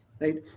Right